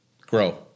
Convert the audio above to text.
grow